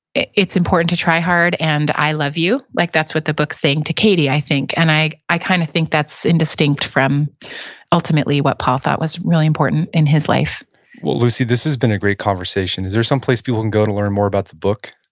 it's important to try hard, and i love you. like that's what the book saying to katie, i think, and i i kind of think that's indistinct from ultimately what paul thought was really important in his life well lucy, this has been a great conversation. is there some place people can go to learn more about the book?